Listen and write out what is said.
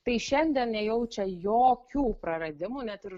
tai šiandien nejaučia jokių praradimų net ir